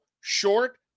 Short